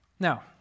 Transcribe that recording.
Now